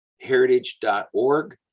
heritage.org